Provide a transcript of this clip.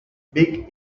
big